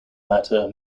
matter